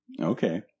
Okay